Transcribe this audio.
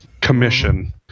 commission